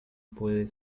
puede